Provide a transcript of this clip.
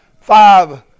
five